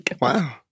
Wow